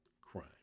crime